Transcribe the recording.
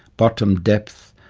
bottom depth,